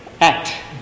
act